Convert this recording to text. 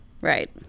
Right